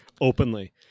openly